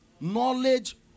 Knowledge